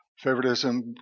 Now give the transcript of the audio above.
favoritism